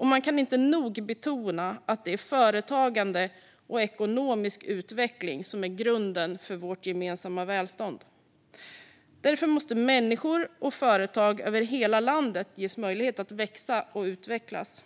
Man kan inte nog betona att det är företagande och ekonomisk utveckling som är grunden för vårt gemensamma välstånd. Därför måste människor och företag över hela landet ges möjligheter att växa och utvecklas.